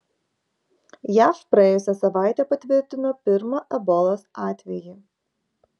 jav praėjusią savaitę patvirtino pirmą ebolos atvejį